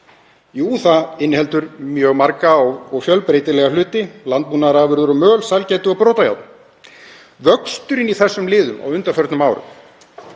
Jú, það inniheldur mjög marga og fjölbreytilega hluti; landbúnaðarafurðir og möl, sælgæti og brotajárn. Vöxturinn í þessum liðum á undanförnum árum